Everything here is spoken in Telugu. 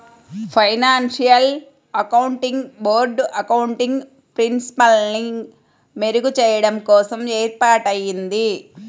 ఫైనాన్షియల్ అకౌంటింగ్ బోర్డ్ అకౌంటింగ్ ప్రిన్సిపల్స్ని మెరుగుచెయ్యడం కోసం ఏర్పాటయ్యింది